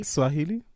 Swahili